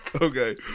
Okay